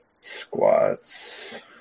Squats